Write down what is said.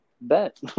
Bet